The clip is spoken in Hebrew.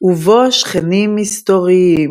ובו שכנים מסתוריים